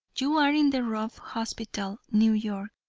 you are in the ruff hospital, new york,